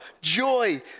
joy